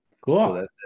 cool